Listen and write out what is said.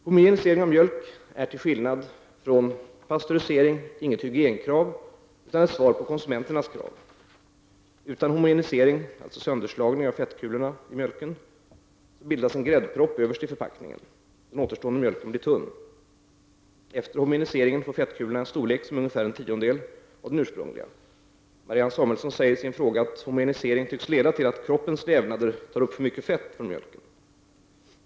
Homogenisering av mjölk är till skillnad från pastörisering inget hygienkrav utan ett svar på konsumenternas krav. Utan homogenisering — dvs. sönderdelning av fettkulorna i mjölken — bildas en gräddpropp överst i förpackningen. Den återstående mjölken blir tunn. Efter homogeniseringen får fettkulorna en storlek som är ungefär en tiondel av den ursprungliga. Marianne Samuelsson säger i sin fråga att homogenisering tycks leda till att kroppens vävnader tar upp för mycket fett från mjölken.